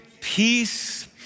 peace